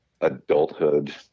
adulthood